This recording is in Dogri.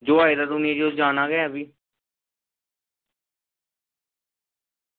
जो आये दा ते उनें जाना गै भी